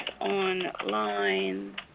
online